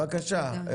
בבקשה.